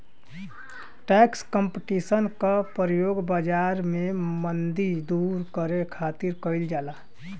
tax competition क प्रयोग बाजार में मंदी दूर करे खातिर कइल जाला